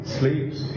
sleeps